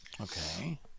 Okay